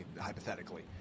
hypothetically